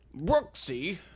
Brooksy